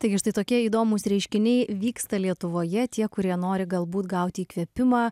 taigi štai tokie įdomūs reiškiniai vyksta lietuvoje tie kurie nori galbūt gauti įkvėpimą